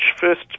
first